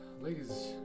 ladies